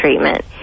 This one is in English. treatment